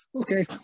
Okay